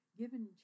given